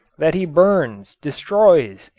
that he burns, destroys,